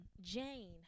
Jane